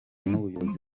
n’ubuyobozi